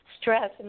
stress